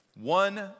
one